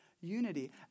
unity